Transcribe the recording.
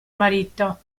marito